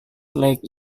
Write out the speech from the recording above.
lake